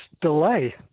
delay